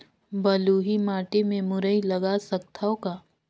बलुही माटी मे मुरई लगा सकथव का?